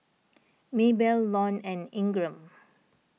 Maybell Lon and Ingram